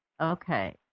Okay